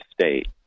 state